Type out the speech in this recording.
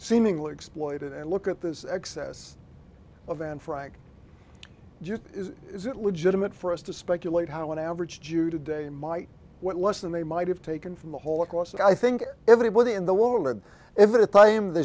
seemingly exploited and look at this excess of anne frank is it legitimate for us to speculate how an average jew today might what lesson they might have taken from the whole question i think everybody in the world and if it claim the